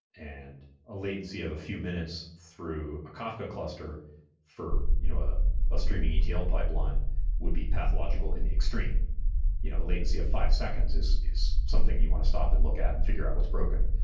and a latency of a few minutes through a kafka cluster for you know a a streaming etl pipeline would be pathological in the extreme. you know a latency of five seconds is is something you want to stop and look at and figure out what's broken.